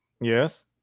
Yes